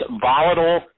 volatile